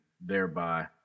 thereby